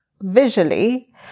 visually